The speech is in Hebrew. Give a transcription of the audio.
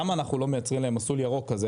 למה אנחנו לא מייצרים להם מסלול ירוק כזה